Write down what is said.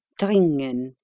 dringen